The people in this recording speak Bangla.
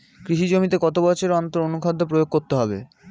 কৃষি জমিতে কত বছর অন্তর অনুখাদ্য প্রয়োগ করতে হবে?